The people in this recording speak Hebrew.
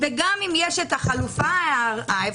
וגם אם יש את החלופה האפשרית